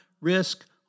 risk